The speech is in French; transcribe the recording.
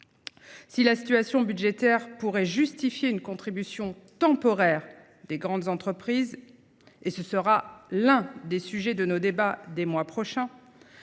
Si la situation budgétaire justifie éventuellement une contribution temporaire des grandes entreprises – ce sera l’un des sujets de nos débats des mois prochains